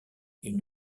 une